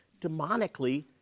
demonically